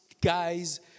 guys